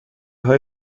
های